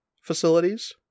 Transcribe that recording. facilities